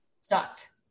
Sucked